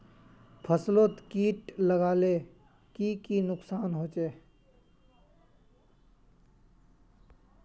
फसलोत किट लगाले की की नुकसान होचए?